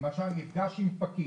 למשל מפגש עם פקיד?